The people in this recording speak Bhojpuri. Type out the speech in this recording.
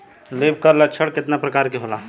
लीफ कल लक्षण केतना परकार के होला?